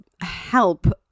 help